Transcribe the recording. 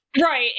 Right